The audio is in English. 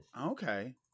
Okay